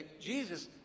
Jesus